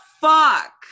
fuck